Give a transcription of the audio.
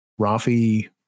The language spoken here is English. Rafi